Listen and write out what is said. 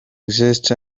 exist